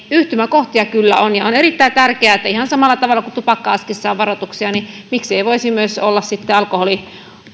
yhtymäkohtia kyllä on on erittäin tärkeää että ihan samalla tavalla kuin tupakka askissa on varoituksia niin voisi myös olla sitten